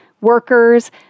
workers